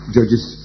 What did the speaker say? Judges